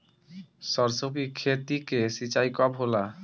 सरसों की खेती के सिंचाई कब होला?